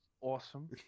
Awesome